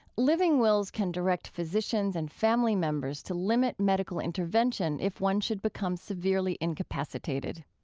living wills can direct physicians and family members to limit medical intervention if one should become severely incapacitated.